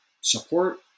support